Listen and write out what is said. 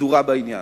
סדורה בעניין.